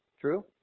True